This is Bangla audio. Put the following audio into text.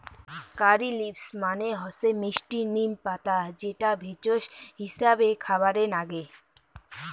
কারী লিভস মানে হসে মিস্টি নিম পাতা যেটা ভেষজ হিছাবে খাবারে নাগে